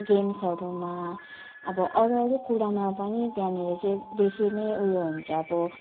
गेम्सहरूमा अब अरू अरू कुरामा पनि त्यहाँनिर चाहिँ बेसी नै उयो हुन्छ अब